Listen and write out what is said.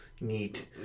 Neat